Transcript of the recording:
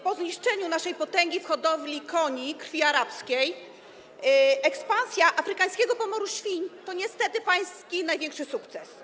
Po zniszczeniu naszej potęgi [[Gwar na sali, dzwonek]] w hodowli koni krwi arabskiej ekspansja afrykańskiego pomoru świń to niestety pański największy sukces.